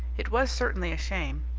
it was certainly a shame.